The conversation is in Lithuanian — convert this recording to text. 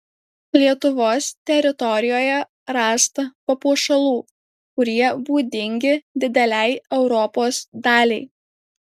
lietuvos teritorijoje rasta papuošalų kurie būdingi didelei europos daliai